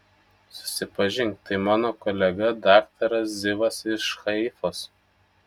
susipažink tai mano kolega daktaras zivas iš haifos